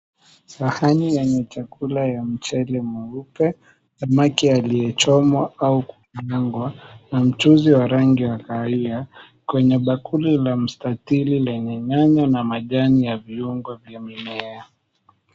Sahani yenye chakula ya mchele mweupe aliyechomwa au kukaangwa na mchuzi wa rangi wa kahawia. Kwenye bakuli la mstatili lenye nyanya na majani ya viungo vya mimea.